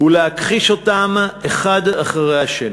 ולהכחיש אותם זה אחר זה.